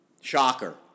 Shocker